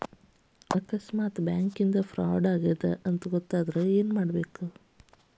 ಆಕಸ್ಮಾತ್ ಬ್ಯಾಂಕಿಂದಾ ಫ್ರಾಡ್ ಆಗೇದ್ ಅಂತ್ ಗೊತಾತಂದ್ರ ಏನ್ಮಾಡ್ಬೇಕು?